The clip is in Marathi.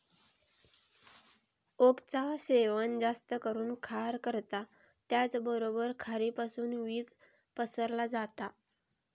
ओकचा सेवन जास्त करून खार करता त्याचबरोबर खारीपासुन बीज पसरला जाता